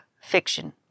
fiction